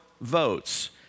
votes